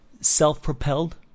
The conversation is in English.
self-propelled